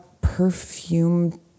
perfume